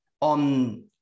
On